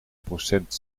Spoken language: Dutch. procent